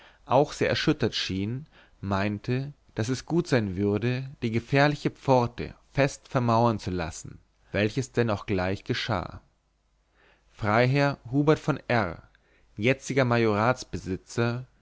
auch sehr erschüttert schien meinte daß es gut sein würde die gefährliche pforte fest vermauern zu lassen welches denn auch gleich geschah freiherr hubert von r jetziger